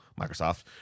microsoft